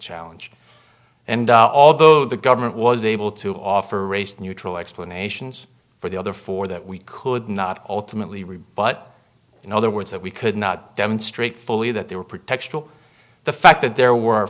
challenge and although the government was able to offer race neutral explanations for the other four that we could not ultimately rebut in other words that we could not demonstrate fully that they were pretextual the fact that there were